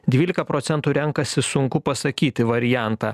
dvylika procentų renkasi sunku pasakyti variantą